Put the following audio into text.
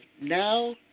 now